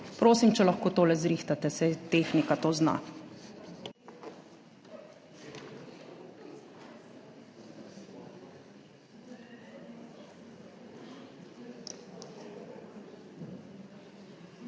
Prosim, če lahko tole uredite. Saj tehnika to zna.